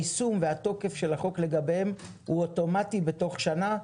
היישום והתוקף של החוק לגביהם הוא אוטומטי בתוך שנה,